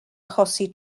achosi